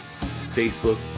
Facebook